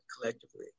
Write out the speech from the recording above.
collectively